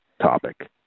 topic